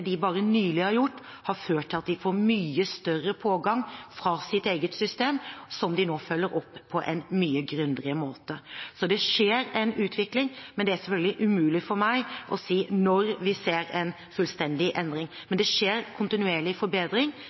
de bare nylig har gjort, har ført til at de får mye større pågang fra sitt eget system, som de nå følger opp på en mye grundigere måte. Så det skjer en utvikling. Det er selvfølgelig umulig for meg å si når vi ser en fullstendig endring, men det skjer kontinuerlig forbedring,